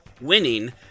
winning